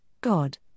God